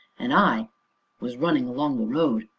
and i was running along the road.